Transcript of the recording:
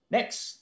Next